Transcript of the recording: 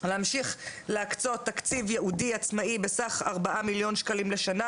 להמשיך להקצות תקציב ייעודי עצמאי בסך 4 מיליון שקלים בשנה,